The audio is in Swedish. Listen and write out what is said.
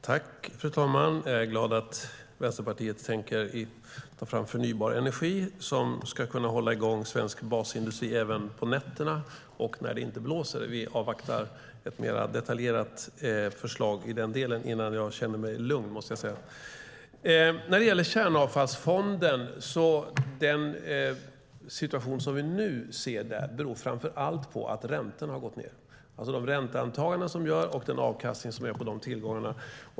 Fru talman! Jag är glad över att Vänsterpartiet tänker ta fram förnybar energi som ska kunna hålla i gång svensk basindustri även på nätterna och när det inte blåser. Vi avvaktar ett mer detaljerat förslag i denna del innan jag känner mig lugn. Den situation som vi nu ser när det gäller kärnavfallsfonden beror framför allt på att räntorna har gått ned. Det handlar om de ränteantaganden som görs och avkastningen på tillgångarna.